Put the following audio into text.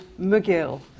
McGill